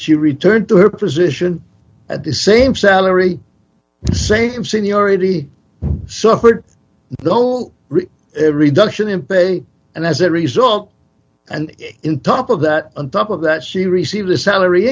she returned to her position at the same salary the same seniority suffered no real reduction in pay and as a result and in top of that on top of that she received a salary